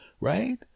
right